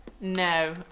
No